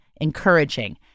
encouraging